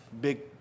big